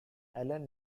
allan